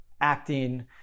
acting